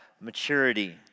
maturity